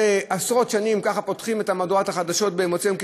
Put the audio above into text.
זה עשרות שנים ככה פותחים את מהדורת החדשות במוצאי יום כיפור.